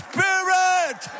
Spirit